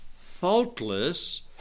faultless